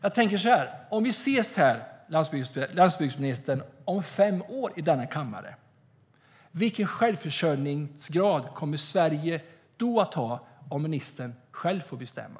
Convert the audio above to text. Om landsbygdsministern och jag ses här i kammaren om fem år, vilken självförsörjningsgrad kommer Sverige att ha då, om ministern själv får bestämma?